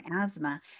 asthma